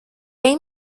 این